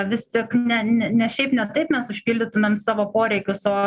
vis tik ne ne ne šiaip ne taip mes užpildytumėm savo poreikius o